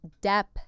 depth